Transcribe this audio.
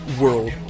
World